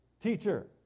teacher